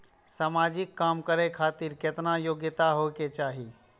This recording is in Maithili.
समाजिक काम करें खातिर केतना योग्यता होके चाही?